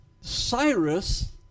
cyrus